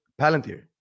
Palantir